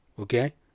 Okay